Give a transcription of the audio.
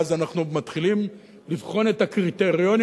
ואז אנחנו מתחילים לבחון את הקריטריונים